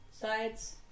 sides